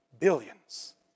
Billions